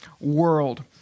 world